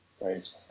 Right